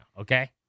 okay